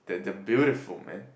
that they are beautiful man